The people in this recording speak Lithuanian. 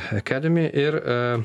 akademi ir e